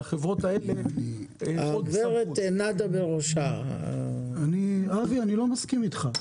אבי, אני לא מסכים אתך.